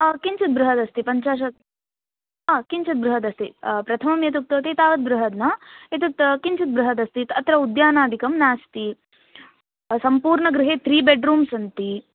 किञ्चित् बृहदस्ति पञ्चाशत् हा किञ्चित् बृहदस्ति प्रथमं यद् उक्तवती तावद् बृहद् न एतत् किञ्चिद् बृहदस्ति अत्र उद्यानादिकं नास्ति सम्पूर्णगृहे त्री बेड्रूम्स् सन्ति